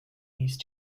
these